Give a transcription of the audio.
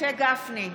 משה גפני,